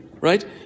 right